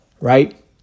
right